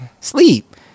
Sleep